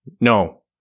No